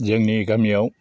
जोंनि गामियाव